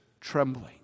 trembling